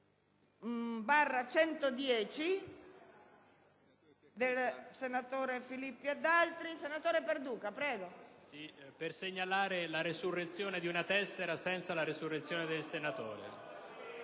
intervengo per segnalare la resurrezione di una tessera senza la resurrezione del senatore.